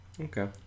Okay